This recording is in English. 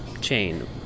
chain